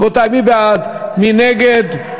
רבותי, מי בעד, מי נגד?